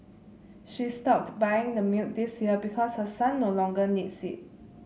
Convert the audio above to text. she stopped buying the milk this year because her son no longer needs it